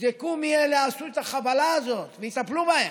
יבדקו מי שעשו את החבלה הזאת ויטפלו בהם,